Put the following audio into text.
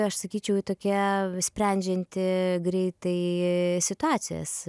aš sakyčiau tokia sprendžianti greitai situacijas